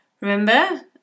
Remember